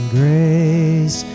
grace